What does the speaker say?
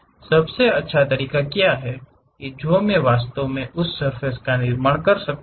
सबसे अच्छा तरीका क्या है जो मैं वास्तव में उस सर्फ़ेस का निर्माण कर सकता हूं